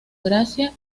gracia